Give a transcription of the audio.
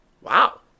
Wow